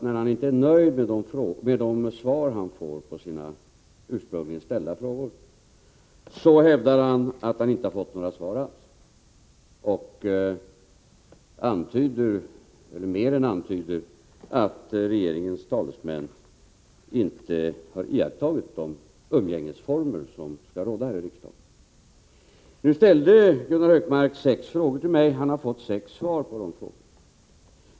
När han inte är nöjd med de svar han får på sina ursprungligen ställda frågor hävdar han ofta att han inte har fått några svar alls och antyder — eller mer än antyder — att regeringens talesmän inte har iakttagit de umgängesformer som skall råda här i riksdagen. Gunnar Hökmark har ställt sex frågor till mig — han har fått sex svar på de frågorna.